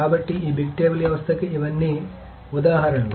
కాబట్టి ఈ big table వ్యవస్థకు ఇవన్నీ ఉదాహరణలు